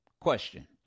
Question